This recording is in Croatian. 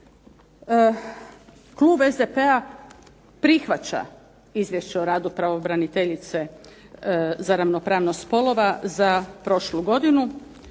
Klub SDP-a prihvaća izvješće o radu pravobraniteljice za ravnopravnost spolova za prošlu godinu.